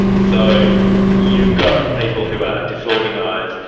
so you've got people who are disorganised,